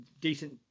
decent